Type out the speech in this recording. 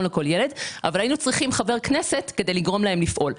לכל ילד אבל היינו צריכים חבר כנסת כדי לגרום להם לפעול.